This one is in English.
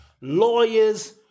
lawyers